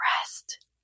rest